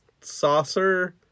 saucer